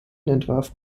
entwarf